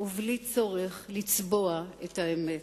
ובלי צורך לצבוע את האמת.